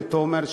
לתומר,